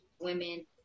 women